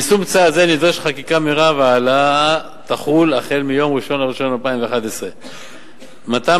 ליישום צעד זה נדרשת חקיקה מהירה וההעלאה תחול מיום 1 בינואר 2011. מתן